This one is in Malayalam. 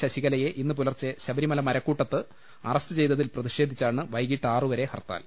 ശശികലയെ ഇന്നു പുലർച്ചെ ശബരിമല മരക്കൂട്ടത്ത് അറസ്റ്റ് ചെയ്തതിൽ പ്രതിഷേധിച്ചാണ് വൈകീട്ട് ആറുവരെ ഹർത്താൽ